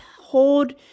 hold –